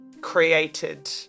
created